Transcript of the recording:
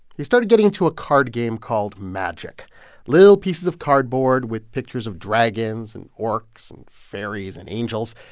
he started getting into a card game called magic little pieces of cardboard with pictures of dragons and orcs, fairies and angels.